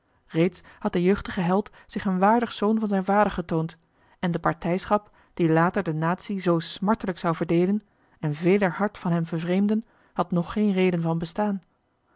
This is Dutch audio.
reeds had de jeugdige held zich een waardig zoon van zijn vader getoond en de partijschap die later de natie zoo smartelijk zou verdeelen en veler hart van hem vervreemden had nog geen reden van bestaan